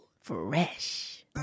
fresh